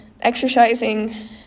exercising